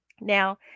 Now